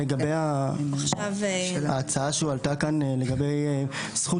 לגבי ההצעה שהועלתה פה לגבי זכות